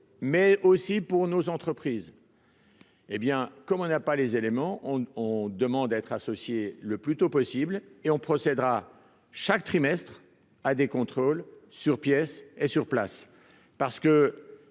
mais aussi pour nos entreprises, hé bien, comme on n'a pas les éléments on on demande à être associée le plus tôt possible et on procédera chaque trimestre à des contrôles sur pièces et sur place, parce que